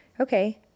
okay